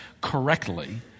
correctly